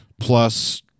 plus